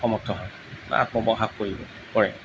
সমৰ্থ হয় বা আত্মপ্ৰকাশ কৰিব কৰে